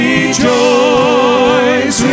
Rejoice